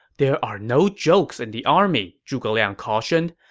there are no jokes in the army, zhuge liang cautioned,